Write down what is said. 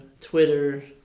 Twitter